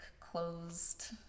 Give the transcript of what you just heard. closed